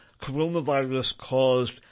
coronavirus-caused